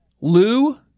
Lou